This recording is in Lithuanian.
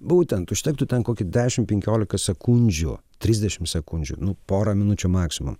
būtent užtektų ten kokį dešimt penkiolika sekundžių trisdešimt sekundžių nu pora minučių maksimum